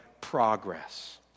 progress